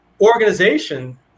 organization